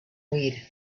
huir